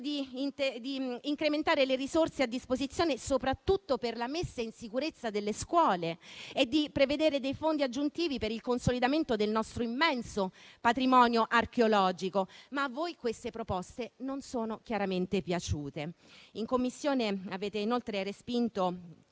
di incrementare le risorse a disposizione, soprattutto per la messa in sicurezza delle scuole, e di prevedere dei fondi aggiuntivi per il consolidamento del nostro immenso patrimonio archeologico, ma a voi queste proposte non sono chiaramente piaciute. In Commissione, inoltre, avete respinto